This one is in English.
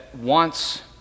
wants